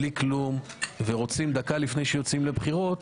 בלי כלום ורוצים דקה לפני שיוצאים לבחירות